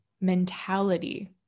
mentality